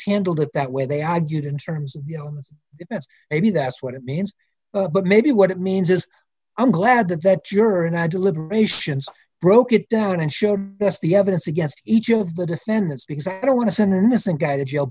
handled it that way they argued in terms of you know maybe that's what it means but maybe what it means is i'm glad that that juror and i deliberations broke it down and show us the evidence against each of the defendants because i don't want to send an innocent guy to jail